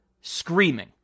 screaming